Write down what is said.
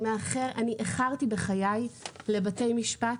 איחרתי בחיי לבתי משפט,